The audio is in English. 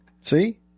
See